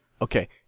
Okay